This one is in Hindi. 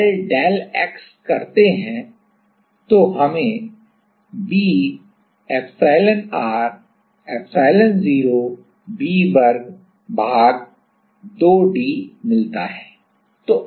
तो अगर हम डेल डेल x करते हैं तो हमें b epsilonr epsilon0 Vवर्ग भाग 2 d मिलता है